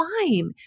fine